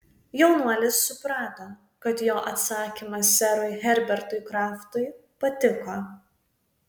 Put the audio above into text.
jaunuolis suprato kad jo atsakymas serui herbertui kraftui patiko